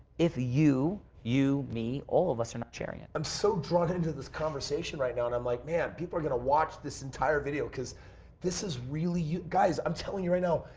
if you, you, me all of us are not sharing it. i'm so drawn into this conversation right now. and i'm like, man, people are going to watch this entire video. because this is really you, guys. i'm telling you right now,